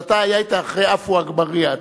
אז אתה היית אחרי עפו אגבאריה,